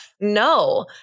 No